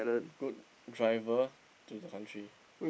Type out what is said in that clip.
good driver to the country